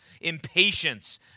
impatience